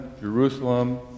Jerusalem